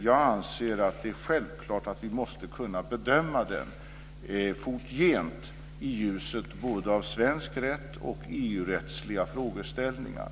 Jag anser att det är självklart att den måste kunna bedömas framgent i ljuset av svensk rätt och EU-rättsliga frågeställningar.